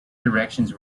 directions